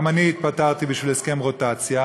גם אני התפטרתי בשביל הסכם רוטציה,